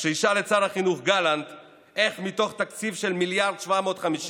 אז שישאל את שר החינוך גלנט איך מתקציב של 1.750 מיליארד שקלים,